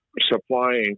supplying